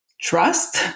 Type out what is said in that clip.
trust